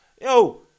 Yo